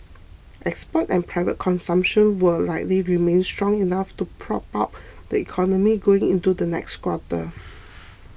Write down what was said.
exports and private consumption will likely remain strong enough to prop up the economy going into the next quarter